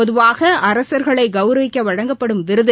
பொதுவாக அரசர்களைகௌரவிக்கவழங்கப்படும் விருது